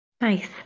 nice